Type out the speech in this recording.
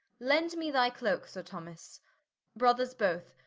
lend me thy cloake sir thomas brothers both,